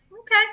okay